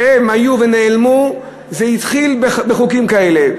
שהן היו ונעלמו, זה התחיל בחוקים כאלה.